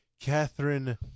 Catherine